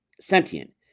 sentient